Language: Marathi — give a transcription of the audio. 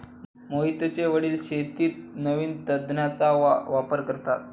मोहितचे वडील शेतीत नवीन तंत्राचा वापर करतात